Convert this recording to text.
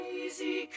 easy